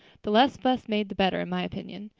the less fuss made the better, in my opinion.